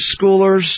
schoolers